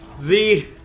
The-